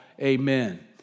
Amen